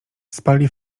spali